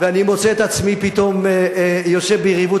ואני מוצא את עצמי פתאום יושב ביריבות,